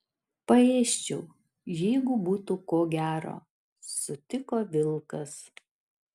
paėsčiau jeigu būtų ko gero sutiko vilkas